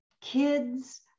kids